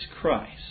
Christ